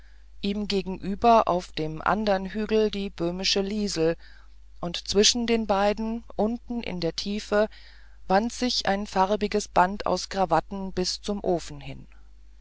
ihm gegenüber auf einem anderen hügel die böhmische liesel und zwischen den beiden unten in der tiefe wand sich ein farbiges band aus krawatten bis zum ofen hin